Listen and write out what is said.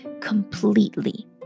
completely